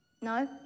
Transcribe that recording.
No